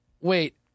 wait